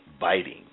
biting